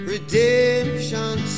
Redemption